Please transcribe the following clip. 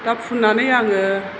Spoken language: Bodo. दा फुननानै आङो